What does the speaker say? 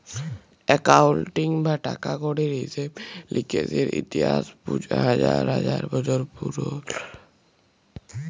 accounting বা টাকা কড়ির হিসেব লিকেসের ইতিহাস হাজার হাজার বসর পুরল